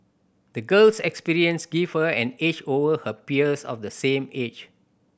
the girl's experience gave her an edge over her peers of the same age